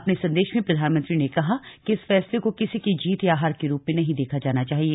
अपने संदेश में प्रधानमंत्री ने कहा कि इस फैसले को किसी की जीत या हार के रूप में नहीं देखा जाना चाहिए